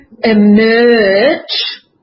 emerge